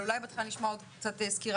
אבל אולי בהתחלה נשמע עוד קצת סקירה.